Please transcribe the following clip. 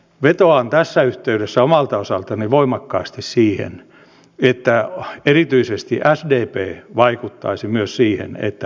vetoan tässä yhteydessä omalta osaltani voimakkaasti siihen että erityisesti sdp vaikuttaisi myös siihen että yhteiskuntasopimus tehdään